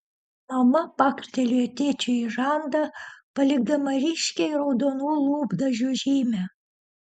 mama pakštelėjo tėčiui į žandą palikdama ryškiai raudonų lūpdažių žymę